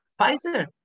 Pfizer